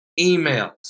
emails